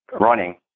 running